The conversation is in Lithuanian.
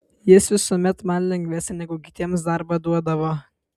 jis visuomet man lengvesnį negu kitiems darbą duodavo